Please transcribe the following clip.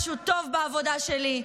משהו טוב בעבודה שלי.